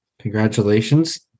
Congratulations